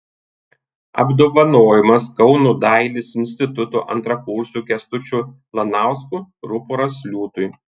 apdovanojimas kauno dailės instituto antrakursio kęstučio lanausko ruporas liūtui